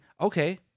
Okay